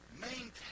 Maintain